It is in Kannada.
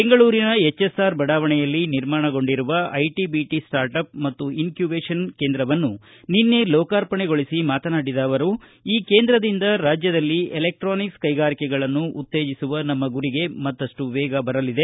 ಬೆಂಗಳೂರಿನ ಎಚ್ಎಸ್ಆರ್ ಬಡಾವಣೆಯಲ್ಲಿ ನಿರ್ಮಾಣಗೊಂಡಿರುವ ಐಟಿ ಬಿಟಿ ಸ್ವಾರ್ಟ್ಅಪ್ ಮತ್ತು ಇನ್ಕ್ನೂಬೇಷನ್ ಕೇಂದ್ರವನ್ನು ನಿನ್ನೆ ಲೋಕಾರ್ಪಣೆಗೊಳಿಸಿ ಮಾತನಾಡಿದ ಅವರು ಈ ಕೇಂದ್ರದಿಂದ ರಾಜ್ಯದಲ್ಲಿ ಎಲೆಕ್ಸಾನಿಕ್ಸ ಕ್ಕೆಗಾರಿಕೆಗಳನ್ನು ಉತ್ತೇಜಿಸುವ ನಮ್ಮ ಗುರಿಗೆ ಮತ್ತಷ್ಟು ವೇಗ ಬರಲಿದೆ